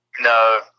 No